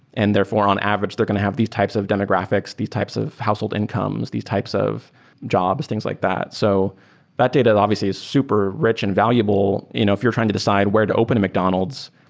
and therefore on average they're going to have these types of demographics, these types of household incomes, these types of jobs, things like that. so that data is obviously is super rich and valuable you know if you're trying to decide where to open a mcdonald's.